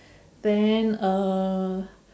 then uh